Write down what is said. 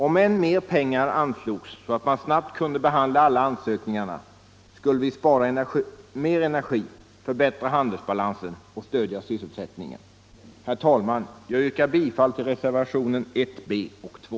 Om än mer pengar anslogs, så att man snabbt kunde behandla alla ansökningarna, skulle vi spara mer energi, förbättra handelsbalansen och stödja sysselsättningen. Herr talman! Jag yrkar bifall till reservationerna 1 b och 2.